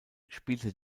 spielte